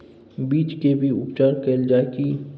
बीज के भी उपचार कैल जाय की?